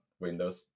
Windows